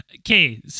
okay